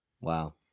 wow